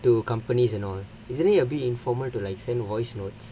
to companies and all isn't it a bit informal to like send voice notes